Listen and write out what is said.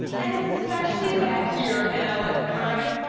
and it's especially bad here in l a. am i right?